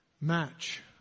match